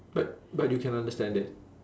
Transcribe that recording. but but you can understand it